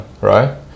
right